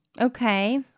Okay